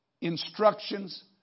instructions